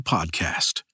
Podcast